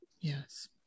yes